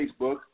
Facebook